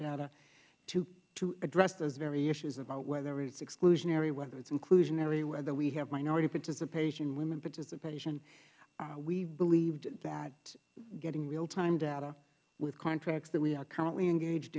data to address those very issues about whether it is exclusionary whether it's inclusionary whether we have minority participation women participation we believed that getting realtime data with contracts that we are currently engaged